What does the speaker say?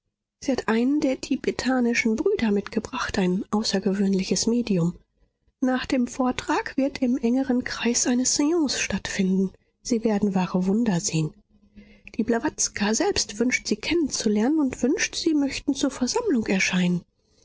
sie hat einen der tibetanischen brüder mitgebracht ein außergewöhnliches medium nach dem vortrag wird im engeren kreis eine seance stattfinden sie werden wahre wunder sehen die blawatska selbst wünscht sie kennen zu lernen und wünscht sie möchten zur versammlung erscheinen